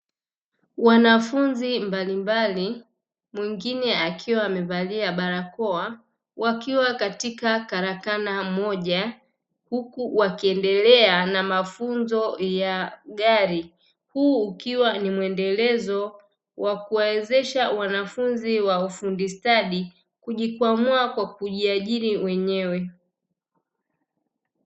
Wanafunzi mbalimbali, mwingine akiwa amevalia barakoa wakiwa katika karakana moja huku wakiendelea na mafunzo ya gari huu ukiwa ni mwendelezo wa kuwawezesha wanafunzi wa ufundi stadi kujikwamua kwa kujiajiri wenyewe.